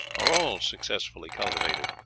are all successfully cultivated.